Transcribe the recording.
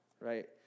right